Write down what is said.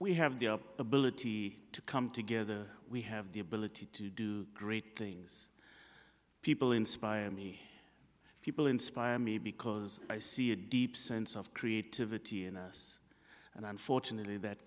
we have the ability to come together we have the ability to do great things people inspire people inspire me because i see a deep sense of creativity in us and i'm fortunate that